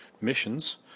missions